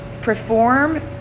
perform